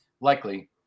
likely